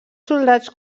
soldats